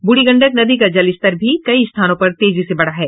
बूढ़ी गंडक नदी का जलस्तर भी कई स्थानों पर तेजी से बढ़ा है